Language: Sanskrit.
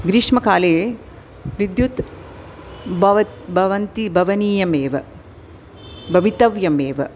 ग्रीष्मकाले विद्युत् भव भवति भवनीयमेव भवितव्यमेव